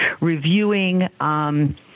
reviewing